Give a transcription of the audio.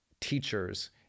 teachers